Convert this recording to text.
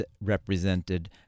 represented